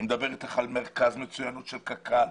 אני מדבר אתך על מרכז מצוינות של קק"ל,